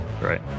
right